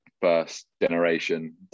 first-generation